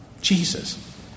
Jesus